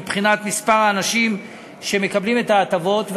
מבחינת מספר האנשים שמקבלים את ההטבות,